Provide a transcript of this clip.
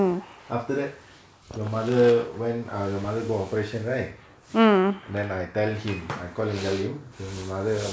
after that your mother when are your mother go operation right then I tell him I call him tell him say your mother